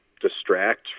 Distract